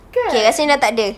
okay let's say sudah tak ada